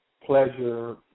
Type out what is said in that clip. pleasure